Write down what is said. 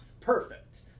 perfect